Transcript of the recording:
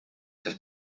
have